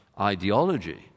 ideology